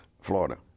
Florida